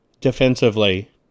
defensively